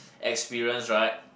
experience right